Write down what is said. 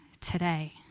today